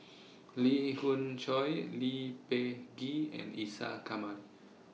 Lee Khoon Choy Lee Peh Gee and Isa Kamari